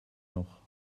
noch